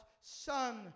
son